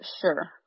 sure